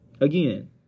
again